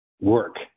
work